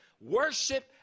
worship